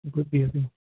یہِ گوٚو بِہِتھٕے